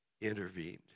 intervened